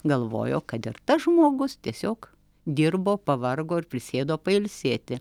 galvojo kad ir tas žmogus tiesiog dirbo pavargo ir prisėdo pailsėti